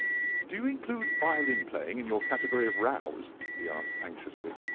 do you include violin-playing in your category of rows? he asked, anxiously.